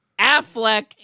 Affleck